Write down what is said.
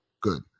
Good